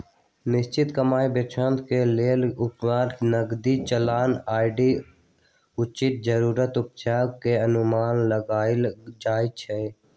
निश्चित कमाइ विश्लेषण के लेल अपेक्षित नकदी चलन आऽ उचित जरूरी उपज के अनुमान लगाएल जाइ छइ